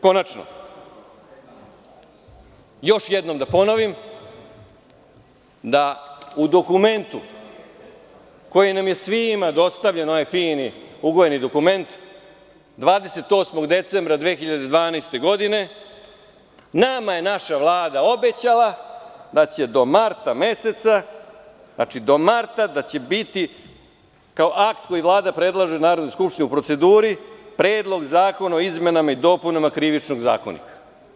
Konačno, još jednom da ponovim da u dokumentu, koji nam je svima dostavljen, onaj fini, ugojeni dokument, 28. decembra 2012. godine, nama je naša Vlada obećala da će do marta meseca, znači do marta, da će biti kao akt koji Vlada predlaže Narodnoj skupštini u proceduri, Predlog zakona o izmenama i dopunama KZ.